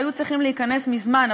שהיו צריכים להיכנס מזמן,